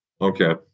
Okay